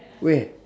where